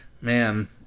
man